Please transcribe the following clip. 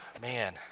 Man